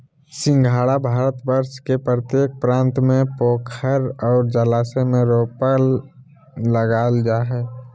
सिंघाड़ा भारतवर्ष के प्रत्येक प्रांत में पोखरा और जलाशय में रोपकर लागल जा हइ